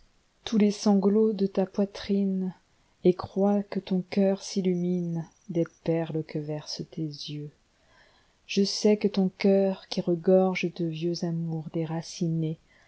tous les sanglots de ta poitrine et crois que ton cœur s'illuminedes perles que versent tes yeuxl e sais que ton cœur qui regorgede vieux amours déracinés